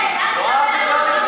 לזה שבאמת